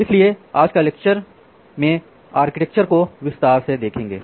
इसलिए हम आज का लेक्चर में आर्किटेक्चर को विस्तार से देखेंगे